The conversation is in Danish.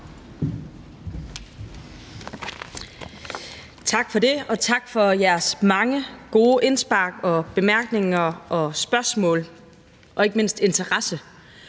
Tak for det, og tak for jeres mange gode indspark, bemærkninger, spørgsmål og ikke mindst interesse.